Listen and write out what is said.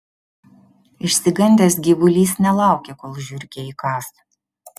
išsigandęs gyvulys nelaukė kol žiurkė įkąs